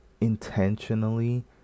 intentionally